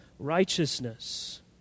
righteousness